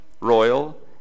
royal